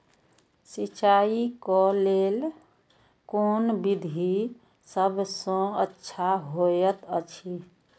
सिंचाई क लेल कोन विधि सबसँ अच्छा होयत अछि?